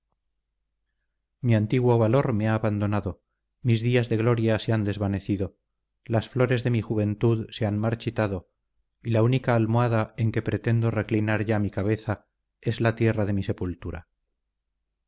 mi antiguo valor me ha abandonado mis días de gloria se han desvanecido las flores de mi juventud se han marchitado y la única almohada en que pretendo reclinar ya mi cabeza es la tierra de mi sepultura